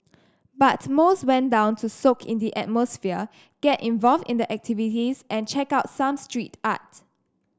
but most went down to soak in the atmosphere get involved in the activities and check out some street art